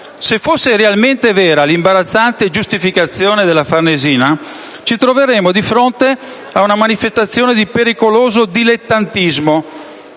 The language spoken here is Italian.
Se fosse realmente vera l'imbarazzante giustificazione della Farnesina, ci troveremmo di fronte a una manifestazione di pericoloso dilettantismo;